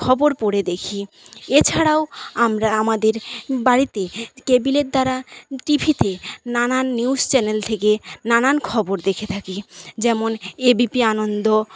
খবর পড়ে দেখি এছাড়াও আমরা আমাদের বাড়িতে কেবিলের দ্বারা টিভিতে নানান নিউস চ্যানেল থেকে নানান খবর দেখে থাকি যেমন এবিপি আনন্দ